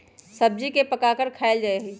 सब्जी के पकाकर खायल जा हई